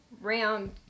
round